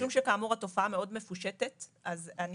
משום שכאמור התופעה מאוד מפושטת אז אני